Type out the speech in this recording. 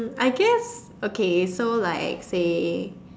I guess okay so like say